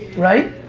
right?